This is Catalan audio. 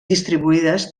distribuïdes